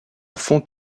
font